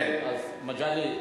אז מגלי.